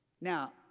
Now